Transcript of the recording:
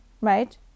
right